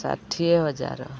ଷାଠିଏ ହଜାର